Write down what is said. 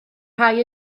rhai